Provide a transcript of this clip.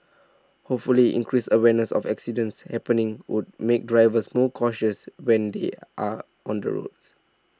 hopefully increased awareness of accidents happening would make drivers more cautious when they are on the roads